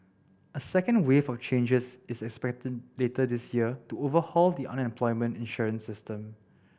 a second wave of changes is expected later this year to overhaul the unemployment insurance system